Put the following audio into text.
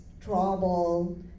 trouble